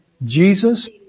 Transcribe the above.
Jesus